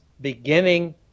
beginning